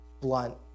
blunt